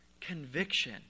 conviction